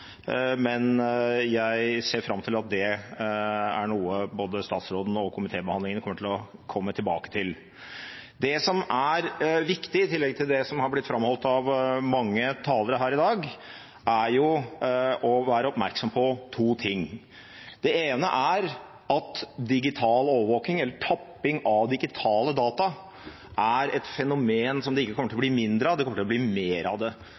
men jeg ser fram til at det er noe både statsråden og komitébehandlingen vil komme tilbake til. Det som er viktig – i tillegg til det som har blitt framholdt av mange talere her i dag – er å være oppmerksom på to ting. Det ene er at digital overvåkning, eller tapping av digitale data, er et fenomen som det ikke kommer til å bli mindre av, det kommer til å bli mer av det.